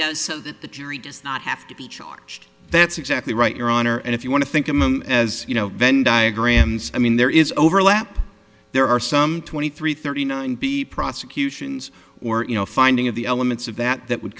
does so that the jury does not have to be charged that's exactly right your honor and if you want to think of them as you know venn diagrams i mean there is overlap there are some twenty three thirty nine b prosecutions or finding of the elements of that that would